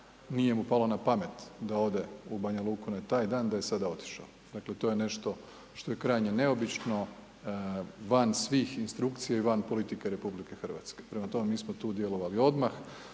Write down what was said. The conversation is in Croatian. nije mu palo na pamet da ode u Banja Luku na taj dan, da je sada otišao. Dakle, to je nešto što je krajnje neobično, van svih instrukcija i van politike RH. Prema tome, mi smo tu djelovali odmah.